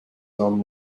from